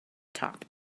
top